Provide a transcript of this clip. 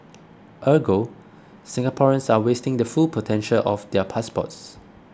Ergo Singaporeans are wasting the full potential of their passports